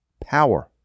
power